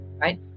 right